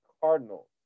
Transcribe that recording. Cardinals